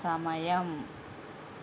సమయం